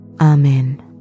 amen